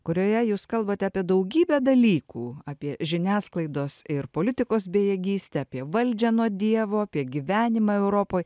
kurioje jūs kalbate apie daugybę dalykų apie žiniasklaidos ir politikos bejėgystę apie valdžią nuo dievo apie gyvenimą europoj